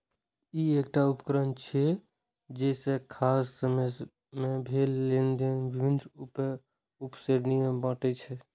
ई एकटा उकरण छियै, जे एक खास समय मे भेल लेनेदेन विभिन्न उप श्रेणी मे बांटै छै